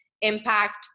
impact